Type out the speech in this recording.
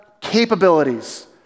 capabilities